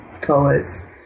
poets